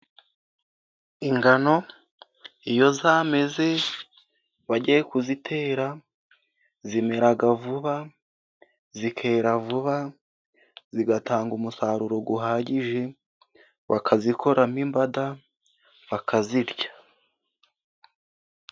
Ingano iyo zameze bagiye kuzitera zimera vuba zikera vuba zigatanga umusaruro uhagije bakazikoramo imbada bakazirya.